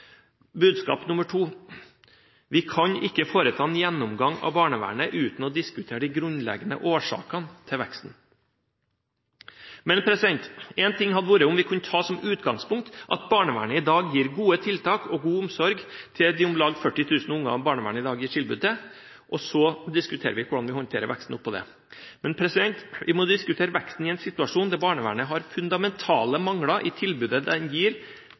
Budskap nr. 2: Vi kan ikke foreta en gjennomgang av barnevernet uten å diskutere de grunnleggende årsakene til veksten. Én ting hadde vært om vi kunne ta som utgangspunkt at barnevernet i dag har gode tiltak og gir god omsorg til de om lag 40 000 barna barnevernet i dag gir tilbud til, og så diskutere hvordan vi håndterer veksten på det grunnlaget. Men vi må diskutere veksten i en situasjon der barnevernet har fundamentale mangler i tilbudet det gir